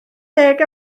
deg